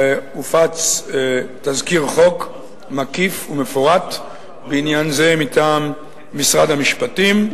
הופץ תזכיר חוק מקיף ומפורט בעניין זה מטעם משרד המשפטים,